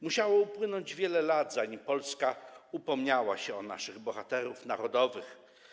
Musiało upłynąć wiele lat, zanim Polska upomniała się o naszych bohaterów narodowych.